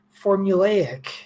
formulaic